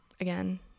again